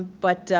but